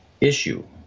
issue